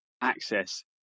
access